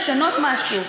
לשנות משהו.